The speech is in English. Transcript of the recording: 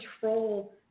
control